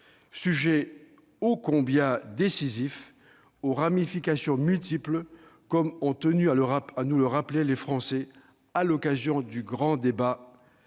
sujet ô combien décisif, aux ramifications multiples, comme ont tenu à nous le rappeler les Français à l'occasion du grand débat